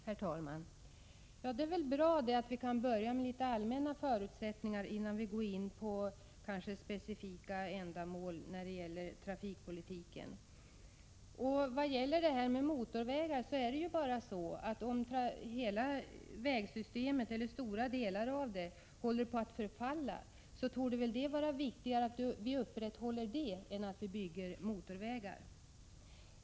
Herr talman! Det är bra att vi kan börja med litet allmänna förutsättningar innan vi går in på specifika ändamål i fråga om trafikpolitiken. När det gäller motorvägar vill jag säga att om stora delar av vägsystemet håller på att förfalla, så är det väl viktigare att vi upprätthåller detta vägsystem än att vi bygger motorvägar.